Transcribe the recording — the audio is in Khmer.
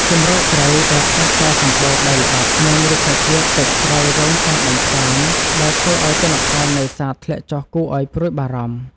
ជម្រកត្រីដែលធ្លាប់តែសម្បូរដីល្បាប់ និង រុក្ខជាតិទឹកត្រូវរងការបំផ្លាញដែលធ្វើឱ្យទិន្នផលនេសាទធ្លាក់ចុះគួរឱ្យព្រួយបារម្ភ។